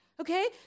okay